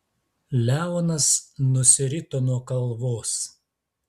leonas nusirito nuo kalvos